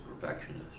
perfectionist